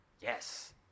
Yes